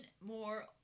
more